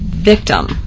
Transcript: Victim